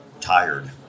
tired